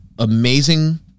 amazing